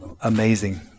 amazing